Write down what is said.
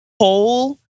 whole